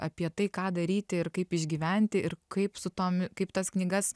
apie tai ką daryti ir kaip išgyventi ir kaip su tomi kaip tas knygas